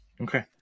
Okay